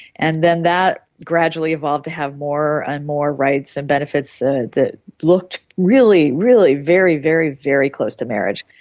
and then that gradually evolved to have more and more rights and benefits ah that looked really, really very, very very close to marriage.